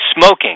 smoking